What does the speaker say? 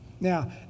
Now